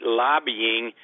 lobbying